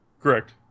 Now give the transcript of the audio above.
Correct